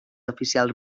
oficials